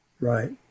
Right